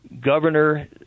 governor